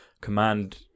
command